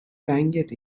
رنگت